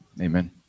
Amen